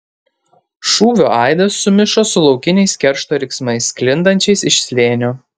šūvio aidas sumišo su laukiniais keršto riksmais sklindančiais iš slėnio